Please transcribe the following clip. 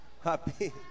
Happy